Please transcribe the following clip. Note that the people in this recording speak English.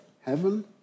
heaven